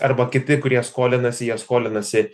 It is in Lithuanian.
arba kiti kurie skolinasi jie skolinasi